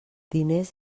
diners